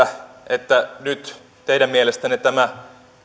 että nyt teidän mielestänne tämä